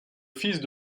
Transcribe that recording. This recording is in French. fils